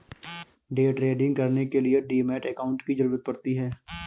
day trading करने के लिए डीमैट अकांउट की जरूरत पड़ती है